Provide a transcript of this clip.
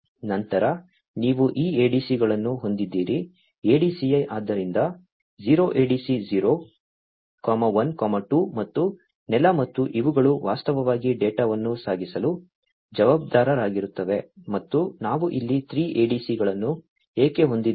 ನಂತರ ನೀವು ಈ ADC ಗಳನ್ನು ಹೊಂದಿದ್ದೀರಿ ADCI ಆದ್ದರಿಂದ 0 ADC 0 1 2 ಮತ್ತು ನೆಲ ಮತ್ತು ಇವುಗಳು ವಾಸ್ತವವಾಗಿ ಡೇಟಾವನ್ನು ಸಾಗಿಸಲು ಜವಾಬ್ದಾರರಾಗಿರುತ್ತವೆ ಮತ್ತು ನಾವು ಇಲ್ಲಿ 3 ADC ಗಳನ್ನು ಏಕೆ ಹೊಂದಿದ್ದೇವೆ